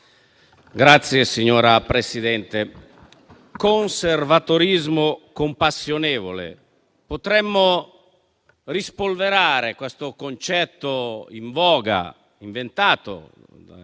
Signora Presidente, conservatorismo compassionevole: potremmo rispolverare questo concetto in voga, inventato dai